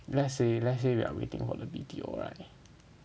let's say let's say we are waiting for the B_T_O right